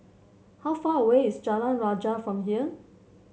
how far away is Jalan Rajah from here